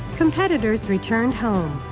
competitors returned home,